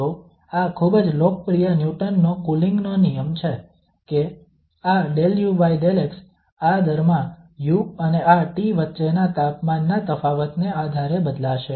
તો આ ખૂબ જ લોકપ્રિય ન્યુટનનો કુલિંગનો નિયમ Newtons Law of Cooling છે કે આ 𝜕u𝜕x આ દરમાં u અને આ T વચ્ચેના તાપમાનના તફાવતને આધારે બદલાશે